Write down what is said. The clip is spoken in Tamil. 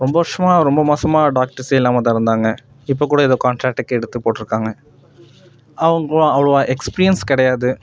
ரொம்ப வருஷமாக ரொம்ப மாசமாக டாக்டர்ஸே இல்லாமல்தான் இருந்தாங்க இப்போ கூட ஏதோ காண்ட்ராக்ட்டுக்கு எடுத்து போட்டிருக்காங்க அவங்களும் அவ்வளோவா எக்ஸ்பீரியன்ஸ் கிடையாது